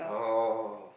oh